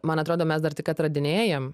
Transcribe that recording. man atrodo mes dar tik atradinėjam